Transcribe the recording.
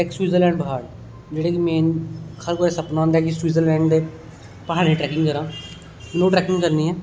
इक स्बीटजरलेडं प्हाड़ जेहडे़ कि मेन हर कुसै दा सपना होंदा कि स्बीडरलैंड प्हाडे़ं च टॅैंकिग करां लो ट्रैकिंग करनी